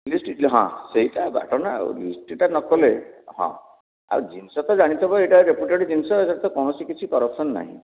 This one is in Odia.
ଲିଷ୍ଟଟି ହଁ ସେଇଟା ବାଟ ନା ଆଉ ଲିଷ୍ଟଟା ନ କଲେ ହଁ ଆଉ ଜିନିଷ ତ ଜାଣିଥିବ ଏଇଟା ରେପୁଟେଡ଼୍ ଜିନିଷ ଏଥିରେ ତ କୌଣସି କିଛି କରପ୍ସନ୍ ନାହିଁ